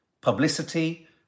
publicity